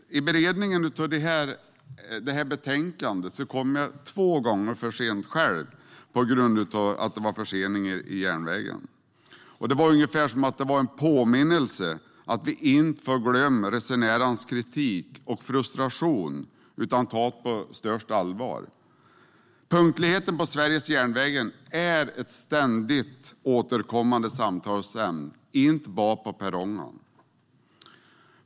Under beredningen av det här betänkandet kom jag själv för sent vid två tillfällen på grund av förseningar på järnvägen. Det var som en påminnelse om att vi inte får glömma resenärernas kritik och frustration utan att vi ska ta den på största allvar. Punktligheten på Sveriges järnvägar är ett ständigt återkommande samtalsämne, inte bara på perrongerna.